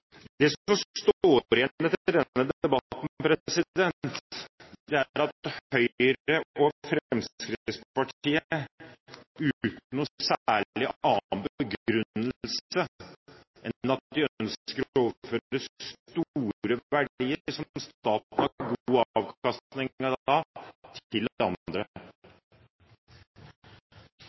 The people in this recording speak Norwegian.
Det som står igjen etter denne debatten, er at Høyre og Fremskrittspartiet, uten noen særlig annen begrunnelse, ønsker å overføre store verdier som staten får god avkastning av, til andre.